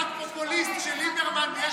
פופוליסט כשליברמן, יש בלגן.